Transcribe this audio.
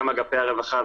גם אגפי הרווחה,